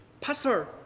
Pastor